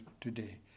today